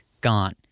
Gone